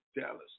Dallas